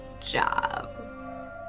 job